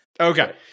Okay